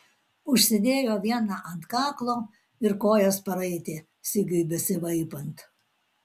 užsidėjo vieną ant kaklo ir kojas paraitė sigiui besivaipant